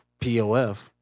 POF